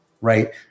right